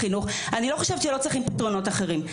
אני לא חושבת שלא צריכים פתרונות אחרים.